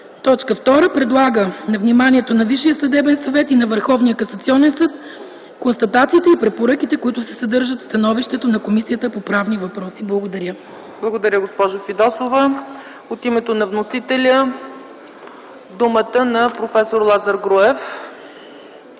г. 2. Предлага на вниманието на Висшия съдебен съвет и на Върховния касационен съд констатациите и препоръките, които се съдържат в становището на Комисията по правни въпроси.” Благодаря. ПРЕДСЕДАТЕЛ ЦЕЦКА ЦАЧЕВА: Благодаря, госпожо Фидосова. От името на вносителя давам думата на проф. Лазар Груев.